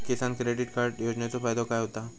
किसान credit card योजनेचो फायदो काय होता?